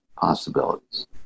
possibilities